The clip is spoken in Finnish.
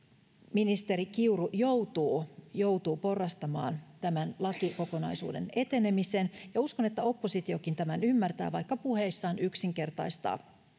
ministeri kiuru joutuu joutuu porrastamaan tämän lakikokonaisuuden etenemisen ja uskon että oppositiokin tämän ymmärtää vaikka puheissaan yksinkertaistaa